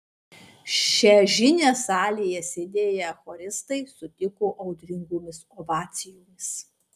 šią žinią salėje sėdėję choristai sutiko audringomis ovacijomis